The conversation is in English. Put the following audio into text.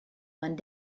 one